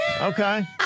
Okay